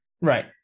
right